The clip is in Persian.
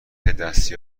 دستی